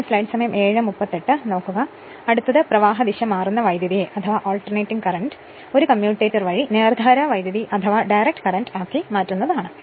ഇപ്പോൾ അടുത്തത് പ്രവാഹ ദിശ മാറുന്ന വൈദ്യുതിയെ ഒരു കമ്മ്യൂട്ടേറ്റർ വഴി നേർധാരാ വൈദ്യുതി ആക്കി മാറ്റുന്നതാണ്